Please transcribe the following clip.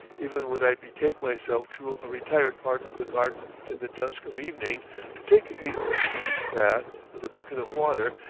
even when i betake myself to a retired part of the garden in the dusk of evening to take a sluice-bath with a bucket of water,